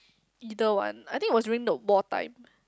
either one I think it was during the wartime